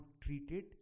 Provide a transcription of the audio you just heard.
treated